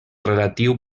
relatiu